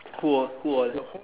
who who all